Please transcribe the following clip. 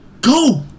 Go